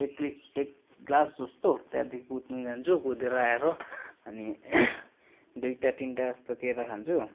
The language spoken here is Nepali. एक लि एक ग्लास जस्तो त्यहाँदेखि कुद्नु जान्छु कुदेर आएर अनि दुइटा तिनटाजस्तो केरा खान्छु